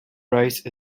rice